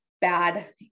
bad